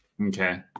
Okay